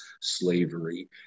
slavery